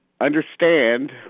understand